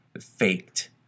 faked